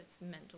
mental